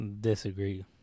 Disagree